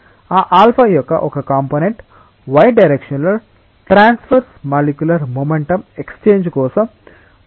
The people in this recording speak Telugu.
కాబట్టి ఆ ఆల్ఫా యొక్క ఒక కంపోనేంట్ y డైరెక్షణ్ లో ట్రాన్స్వర్స్ మాలిక్యూలర్ మొమెంటం ఎక్స్చేంజ్ కోసం ఉపయోగించబడుతుందని చెప్పండి